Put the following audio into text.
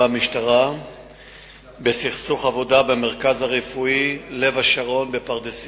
המשטרה בסכסוך עבודה במרכז הרפואי "לב השרון" בפרדסיה.